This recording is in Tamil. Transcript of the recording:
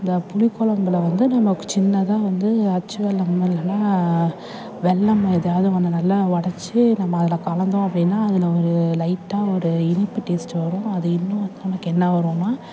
அந்த புளிக்குலம்புல வந்து நம்ம சின்னதாக வந்து அச்சு வெல்லம் இல்லைனா வெல்லம் எதாவது ஒன்று நல்லா உடச்சி நம்ம அதில் கலந்தோம் அப்படினா அதில் ஒரு லைட்டாக ஒரு இனிப்பு டேஸ்ட் வரும் அது இன்னும் நமக்கு என்ன வருனா